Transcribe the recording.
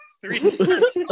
three